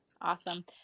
Awesome